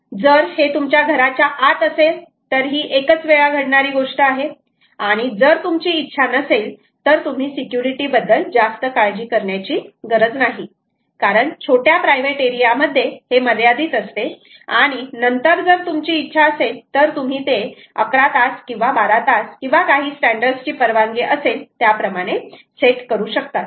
जर हे तुमच्या घराच्या आत असेल तर ही एकच वेळा घडणारी गोष्ट आहे आणि जर तुमची इच्छा नसेल तर तुम्ही सिक्युरिटी बद्दल जास्त काळजी करण्याची गरज नाही कारण छोट्या प्रायव्हेट एरिया मध्ये हे मर्यादित असते आणि नंतर जर तुमची इच्छा असेल तर तुम्ही ते 11hrs किंवा 12hrs किंवा काही स्टॅंडर्ड ची परवानगी असेल त्याप्रमाणे सेट करू शकतात